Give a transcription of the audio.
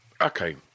Okay